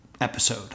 episode